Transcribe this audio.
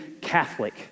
Catholic